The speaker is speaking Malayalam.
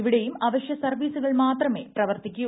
ഇവിടെയും അവശ്യ സർവീസുകൾ മാത്രമേ പ്രവർത്തിക്കൂ